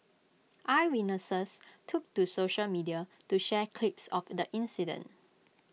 eyewitnesses took to social media to share clips of the incident